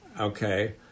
okay